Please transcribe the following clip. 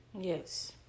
Yes